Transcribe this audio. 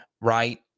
right